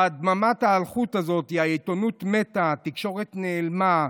דממת האלחוט הזאת, העיתונות מתה, התקשורת נעלמה,